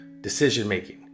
decision-making